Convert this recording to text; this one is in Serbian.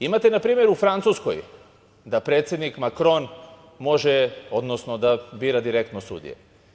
Imate, na primer, u Francuskoj da predsednik Makron bira direktno sudije.